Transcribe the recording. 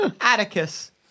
Atticus